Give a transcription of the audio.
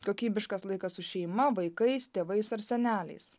kokybiškas laikas su šeima vaikais tėvais ar seneliais